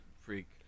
freak